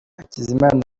hakizimana